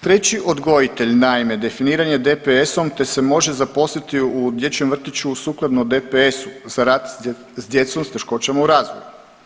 Treći odgojitelj, naime definiranje DPS-om, te se može zaposliti u dječjem vrtiću sukladno DPS-u za rad s djecom s teškoćama u razvoju.